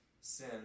sin